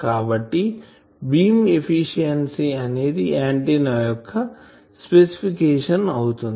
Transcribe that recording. కాబట్టి beam efficiency అనేది antenna యొక్క స్పెసిఫికేషన్ అవుతుంది